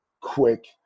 quick